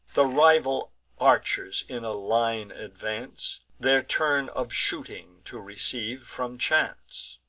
the rival archers in a line advance, their turn of shooting to receive from chance.